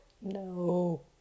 No